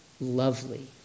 lovely